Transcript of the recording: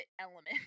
element